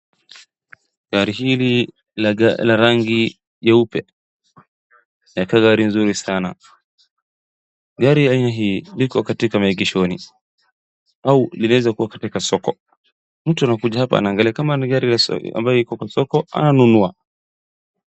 Gari hili ya rangi jeupe, inakaa gari nzuri sana. Gari aina hii liko katika maegeshoni au linaweza kuwa katika soko. Mtu anakuja hapa anaangalia kama ni gari ambayo iko kwa soko ananunua.